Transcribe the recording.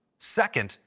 second,